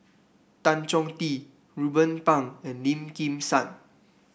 Tan Chong Tee Ruben Pang and Lim Kim San